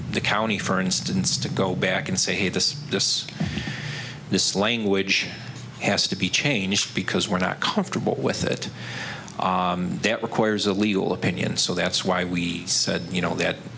county for instance to go back and say this this this language has to be changed because we're not comfortable with it that requires a legal opinion so that's why we said you know that